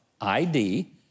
ID